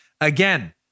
again